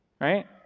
Right